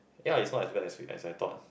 ya it's not bad as I thought